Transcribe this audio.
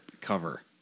cover